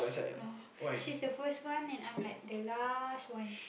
no she's the first one and I'm like the last one